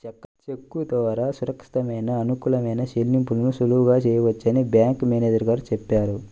చెక్కు ద్వారా సురక్షితమైన, అనుకూలమైన చెల్లింపులను సులువుగా చేయవచ్చని బ్యాంకు మేనేజరు గారు చెప్పారు